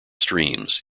streams